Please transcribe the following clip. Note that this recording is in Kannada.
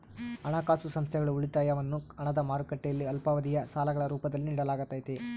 ಹಣಕಾಸು ಸಂಸ್ಥೆಗಳು ಉಳಿತಾಯವನ್ನು ಹಣದ ಮಾರುಕಟ್ಟೆಯಲ್ಲಿ ಅಲ್ಪಾವಧಿಯ ಸಾಲಗಳ ರೂಪದಲ್ಲಿ ನಿಡಲಾಗತೈತಿ